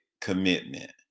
commitment